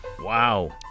Wow